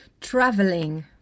traveling